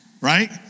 right